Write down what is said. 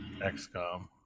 XCOM